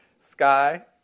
Sky